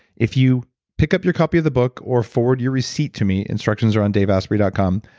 if you pick up your copy of the book, or forward your receipt to me, instructions are on daveasprey dot com,